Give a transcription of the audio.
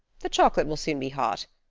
the chocolate will soon be hot.